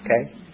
Okay